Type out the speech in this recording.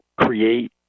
create